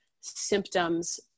symptoms